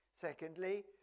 Secondly